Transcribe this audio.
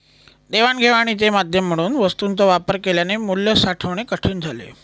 देवाणघेवाणीचे माध्यम म्हणून वस्तूंचा वापर केल्याने मूल्य साठवणे कठीण झाले